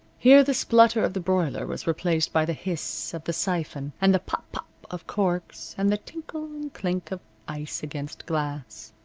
here the splutter of the broiler was replaced by the hiss of the siphon, and the pop-pop of corks, and the tinkle and clink of ice against glass.